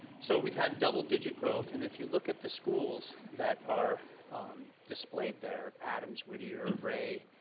so we've had double digit growth and if you look at the schools that are displayed there, adams, whittier, rea,